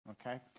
okay